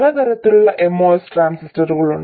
പല തരത്തിലുള്ള MOS ട്രാൻസിസ്റ്ററുകളുണ്ട്